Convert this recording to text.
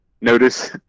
notice